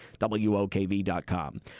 WOKV.com